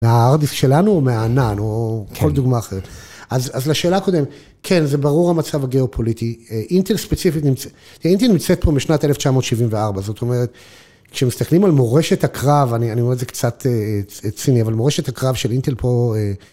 מהארד דיסק שלנו או מהענן או כל דוגמא אחרת. אז לשאלה הקודמת, כן, זה ברור המצב הגיאופוליטי, אינטל ספציפית נמצאת, אינטל נמצאת פה משנת 1974, זאת אומרת, כשמסתכלים על מורשת הקרב, אני אומר את זה קצת ציני, אבל מורשת הקרב של אינטל פה...